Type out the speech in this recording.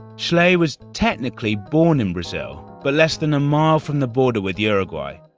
schlee was technically born in brazil, but less than a mile from the border with uruguay.